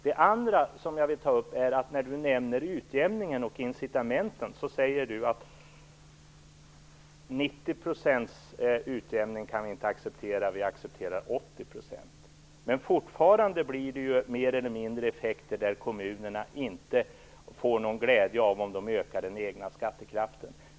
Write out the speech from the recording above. Det andra som jag vill ta upp är att Karin Pilsäter, när hon nämnde utjämningen och incitamenten, sade att man inte kan acceptera 90 % men 80 % utjämning. Fortfarande blir det ju större eller mindre effekter, så att kommunerna inte får någon glädje av att de ökar den egna skattekraften.